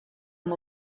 amb